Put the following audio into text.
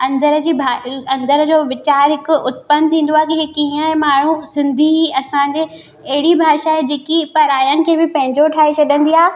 अंदरि जी अंदरि जो वीचार हिक उत्पन्न थींदो आहे की हे कीअं माण्हू सिंधी ई असांजे अहिड़ी भाषा आहे जेकी पराइनि खे बि पंहिजो ठाहे छॾिंदी आहे